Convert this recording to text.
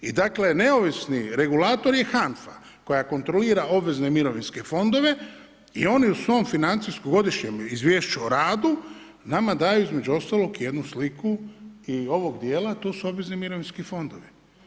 I dakle neovisni regulator je HANFA koja kontrolira obvezne mirovinske fondove i oni u svom financijskom godišnjem izvješću o radu, nama daju između ostalog jednu sliku i ovog djela a to su obvezni mirovinski fondovi.